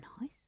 nice